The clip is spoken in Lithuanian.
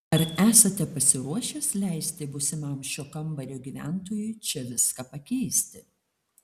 ar esate pasiruošęs leisti būsimam šio kambario gyventojui čia viską pakeisti